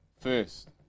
First